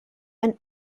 and